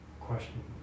question